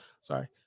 Sorry